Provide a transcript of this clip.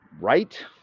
right